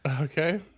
Okay